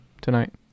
tonight